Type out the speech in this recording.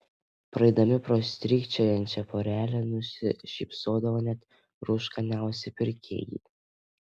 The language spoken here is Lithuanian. praeidami pro strykčiojančią porelę nusišypsodavo net rūškaniausi pirkėjai